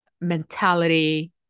mentality